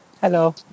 hello